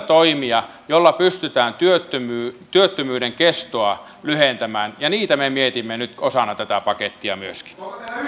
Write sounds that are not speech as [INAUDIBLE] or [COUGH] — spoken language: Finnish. [UNINTELLIGIBLE] toimia joilla pystytään työttömyyden työttömyyden kestoa lyhentämään ja niitä me mietimme nyt osana tätä pakettia myöskin